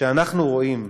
שאנחנו רואים,